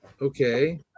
okay